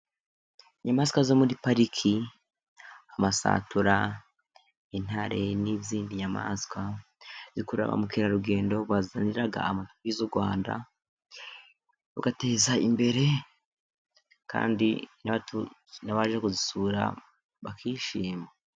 Inyamaswa zo muri pariki, amasatura, intare, n'izindi nyamaswa, zikurura ba mukerarugendo bazanira amadovize u Rwanda, bigateza imbere kandi n'abaje kudusura bakishima.